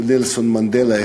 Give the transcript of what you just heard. נלסון מנדלה,